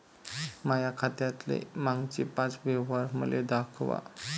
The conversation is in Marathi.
माया खात्यातले मागचे पाच व्यवहार मले दाखवा